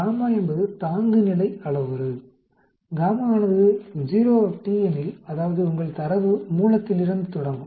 γ என்பது தாங்குநிலை அளவுரு γ ஆனது 0 t எனில் அதாவது உங்கள் தரவு மூலத்திலிருந்து தொடங்கும்